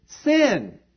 sin